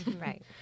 Right